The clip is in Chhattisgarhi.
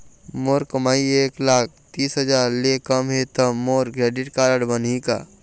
मोर कमाई एक लाख बीस हजार ले कम हे त मोर क्रेडिट कारड बनही का?